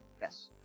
Yes